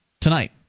tonight